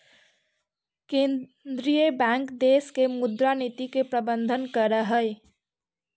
केंद्रीय बैंक देश के मुद्रा नीति के प्रबंधन करऽ हइ